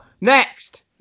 next